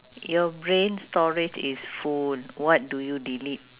your brain storage is full what do you delete